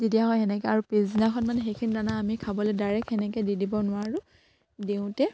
দি দিয়া হয় সেনেকে আৰু পিছদিনাখন মানে সেইখিনি দানা আমি খাবলে ডাইৰেক্ট সেনেকে দি দিব নোৱাৰোঁ দিওঁতে